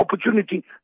opportunity